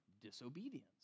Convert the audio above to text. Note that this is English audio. disobedience